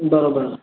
बराबरि